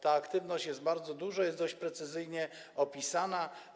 Ta aktywność jest bardzo duża i jest dość precyzyjnie opisana.